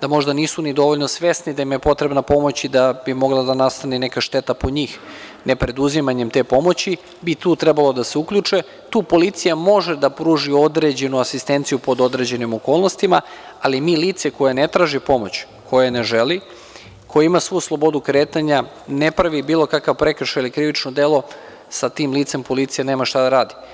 da možda nisu ni dovoljno svesni da im je potrebna pomoć i da bi mogla da nastane neka šteta po njih, ne preduzimanjem te pomoći, bi tu trebalo da se uključe, tu policija može da pruži određenu asistenciju, pod određenim okolnostima, ali mi lice koje ne traži pomoć, koje ne želi koje ima svu slobodu kretanja, ne pravi bilo kakav prekršaj ili krivično delo, sa tim licem policija nema šta da radi.